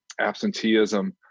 absenteeism